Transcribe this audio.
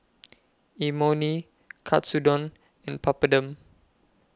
Imoni Katsudon and Papadum